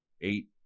eight